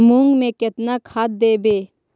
मुंग में केतना खाद देवे?